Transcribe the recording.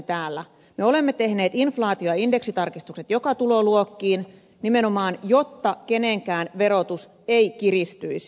me olemme tehneet inflaatio ja indeksitarkistukset joka tuloluokkaan nimenomaan jotta kenenkään verotus ei kiristyisi